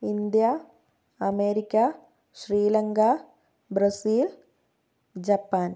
India America Sri Lanka Brazil Japan